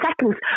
seconds